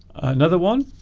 another one